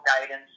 guidance